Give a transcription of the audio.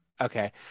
Okay